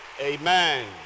Amen